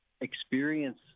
experience